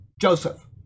Joseph